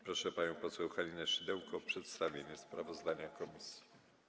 Proszę panię poseł Halinę Szydełko o przedstawienie sprawozdania komisji.